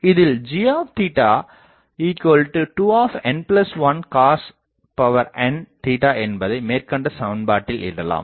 இதில் g2n1 cosn என்பதை மேற்கண்ட சமன்பாட்டில் இடலாம்